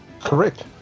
Correct